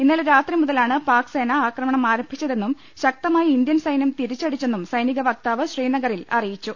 ഇന്നലെ രാത്രിമുതലാണ് പാക്ക് സേന അക്രമണം ആരംഭിച്ചതെന്നും ശക്ത മായി ഇന്ത്യൻ സൈന്യം തിരിച്ചടിച്ചെന്നും സൈനിക വക്താവ് ശ്രീനഗറിൽ അറിയിച്ചു